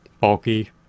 bulky